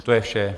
To je vše.